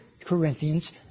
Corinthians